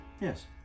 Yes